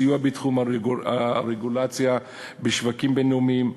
סיוע בתחום הרגולציה בשווקים בין-לאומיים,